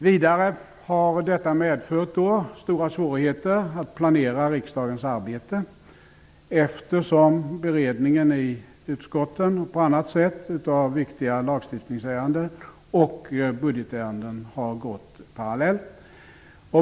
Vidare har detta medfört stora svårigheter att planera riksdagens arbete, eftersom beredningen i utskotten och på annat sätt av viktiga lagstiftningsärenden och budgetärenden har gått parallellt.